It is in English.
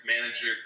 manager